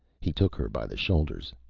he took her by the shoulders.